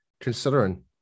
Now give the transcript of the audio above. considering